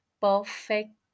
perfect